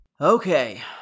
Okay